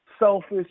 Selfish